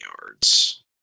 yards